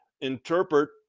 interpret